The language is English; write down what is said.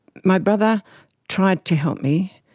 my brother tried to help me,